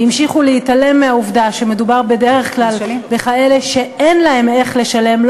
והמשיכו להתעלם מהעובדה שמדובר בדרך כלל בכאלה שאין להם איך לשלם,